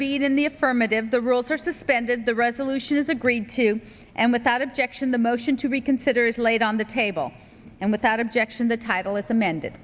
in the affirmative the rules are suspended the resolution is agreed to and without objection the motion to reconsider is laid on the table and without objection the title is amend